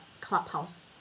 Clubhouse